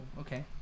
okay